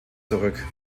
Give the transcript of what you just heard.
zurück